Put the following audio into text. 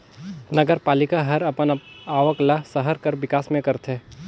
नगरपालिका हर अपन आवक ल सहर कर बिकास में करथे